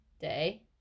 Day